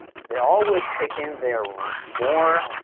they are always picking their more,